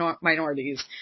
minorities